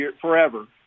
forever